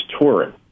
touring